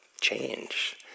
change